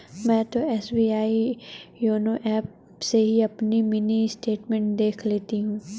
मैं तो SBI YONO app से ही अपनी मिनी स्टेटमेंट देख लेती हूँ